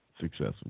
successful